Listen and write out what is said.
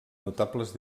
notables